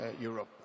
Europe